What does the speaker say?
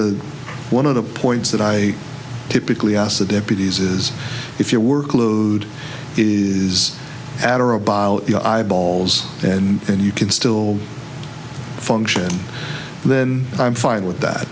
the one of the points that i typically asked the deputies is if your workload is at or about your eyeballs and you can still function then i'm fine with that